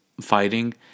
fighting